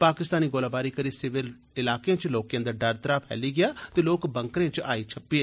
पाकिस्तानी गोलाबारी करी सिविल इलाकें च लोकें अंदर डर त्राह् फैली गेआ ते लोक बंकरें च जाइयै छप्पी गे